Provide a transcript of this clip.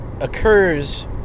occurs